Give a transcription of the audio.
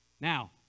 Now